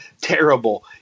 terrible